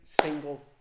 single